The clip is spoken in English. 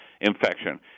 infection